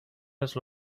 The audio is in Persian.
است